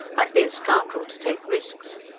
i'd be a scoundrel to take risks.